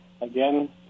again